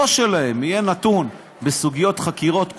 הראש שלהם, יהיה נתון בסוגיות חקירות.